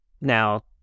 Now